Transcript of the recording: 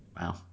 Wow